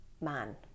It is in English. man